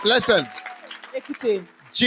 Listen